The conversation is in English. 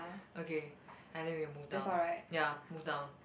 okay I think we can move down ya move down